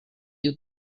you